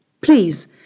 Please